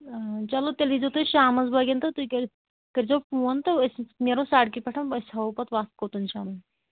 چَلو تیٚلہِ یی زیو تُہۍ شامَس بٲگۍ تہٕ تُہۍ کٔرۍ زیو فون تہٕ أسۍ نیرو سَڑکہِ پٮ۪ٹھ أسۍ ہاوَو پَتہٕ وَتھ کوٚتَن چھُ اَنُن